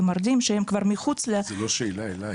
זה מרדים שהם כבר מחוץ --- זה לא שאלה אליך,